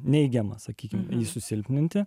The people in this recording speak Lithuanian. neigiamas sakykime susilpninti